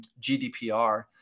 gdpr